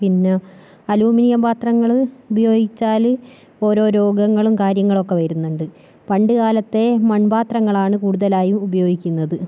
പിന്നെ അലുമിനിയം പാത്രങ്ങള് ഉപയോഗിച്ചാല് ഓരോ രോഗങ്ങളും കാര്യങ്ങളൊക്കെ വരുന്നുണ്ട് പണ്ട് കാലത്തെ മൺപാത്രങ്ങളാണ് കൂടുതലായും ഉപയോഗിക്കുന്നത്